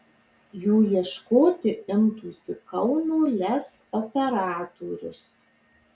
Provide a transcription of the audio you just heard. jų ieškoti imtųsi kauno lez operatorius